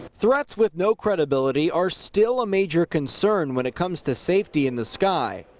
threats with no incredibility are still a major concern when it comes to safety in the sky.